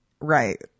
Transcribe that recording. Right